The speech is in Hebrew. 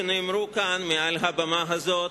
שנאמרו כאן מעל הבמה הזאת